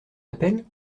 appel